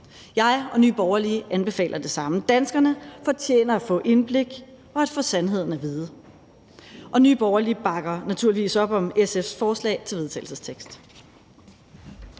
Jeg og Nye Borgerlige anbefaler det samme. Danskerne fortjener at få indblik og at få sandheden at vide. Nye Borgerlige bakker naturligvis op om SF's forslag til vedtagelse.